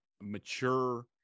mature